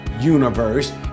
universe